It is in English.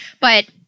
But-